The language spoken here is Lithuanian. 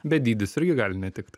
bet dydis irgi gali netikti